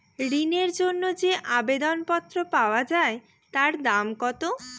ঋণের জন্য যে আবেদন পত্র পাওয়া য়ায় তার দাম কত?